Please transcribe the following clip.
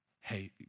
Hey